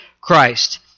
Christ